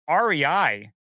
REI